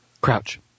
Crouch